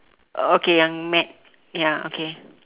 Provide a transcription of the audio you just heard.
okay yang mad ya okay